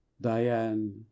Diane